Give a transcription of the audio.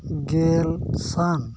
ᱜᱮᱞ ᱥᱟᱱ